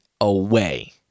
away